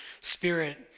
spirit